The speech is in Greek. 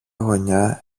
γωνιά